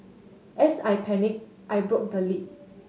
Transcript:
as I panicked I broke the lid